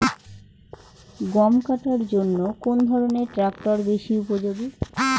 গম কাটার জন্য কোন ধরণের ট্রাক্টর বেশি উপযোগী?